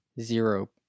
Zero